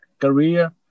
career